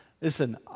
Listen